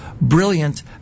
brilliant